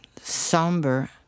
Somber